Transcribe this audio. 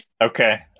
Okay